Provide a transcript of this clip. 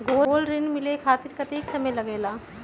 Gold ऋण मिले खातीर कतेइक समय लगेला?